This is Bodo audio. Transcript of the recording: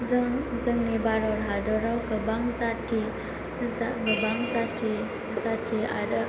जों जोंनि भारत हदराव गोबां जाति आरो